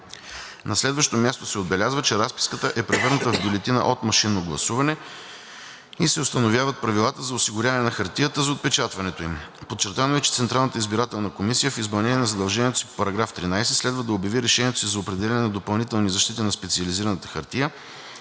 На следващо място се отбелязва, че разписката е превърната в „бюлетина от машинно гласуване“ и се установяват правилата за осигуряване на хартията за отпечатване им. Подчертано е, че Централната избирателна комисия, в изпълнение на задължението си по § 13, следва да обяви решението си за определяне на допълнителни защити на специализираната хартия,